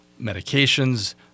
medications